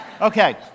Okay